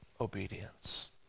obedience